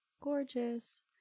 Gorgeous